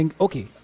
Okay